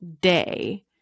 day